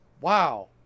Wow